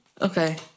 Okay